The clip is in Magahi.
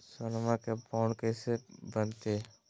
सोनमा के बॉन्ड कैसे बनते?